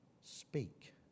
speak